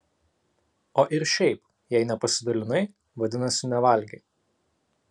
o ir šiaip jei nepasidalinai vadinasi nevalgei